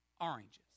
oranges